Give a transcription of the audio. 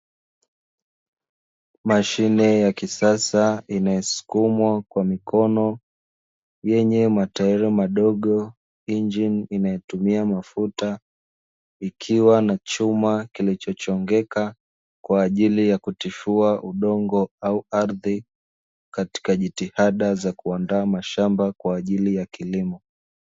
Mashine ya kisasa inayosukumwa kwa mikono yenye matairi madogo, injini inayotumia mafuta ikiwa na chuma kilichochongeka kwa ajili ya kutifua udongo au ardhi katika jitihada za kuandaa mashamba kwa ajili ya kilimo.